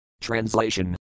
Translation